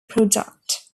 product